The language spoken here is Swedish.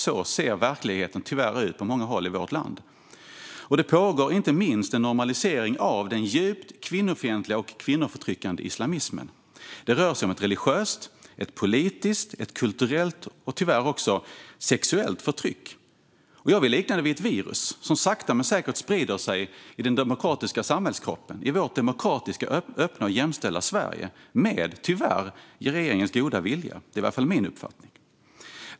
Så ser verkligheten tyvärr ut på många håll i vårt land. Det pågår inte minst en normalisering av den djupt kvinnofientliga och kvinnoförtryckande islamismen. Det rör sig om ett religiöst, politiskt, kulturellt och tyvärr också sexuellt förtryck. Jag vill likna det vid ett virus som sakta men säkert sprider sig i den demokratiska samhällskroppen, i vårt demokratiska, öppna och jämställda Sverige. Tyvärr sker det med regeringens goda minne. Det är i varje fall min uppfattning.